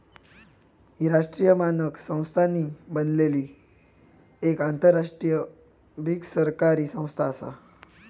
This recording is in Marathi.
ही राष्ट्रीय मानक संस्थांनी बनलली एक आंतरराष्ट्रीय बिगरसरकारी संस्था आसा